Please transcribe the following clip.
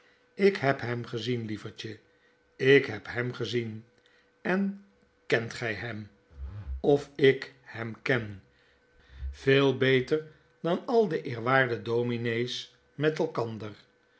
ik heb hem gezien lievertje ik heb hem gezien en kent gij hem of ik hem ken veel beter dan al de eerwaarde domine's met elkander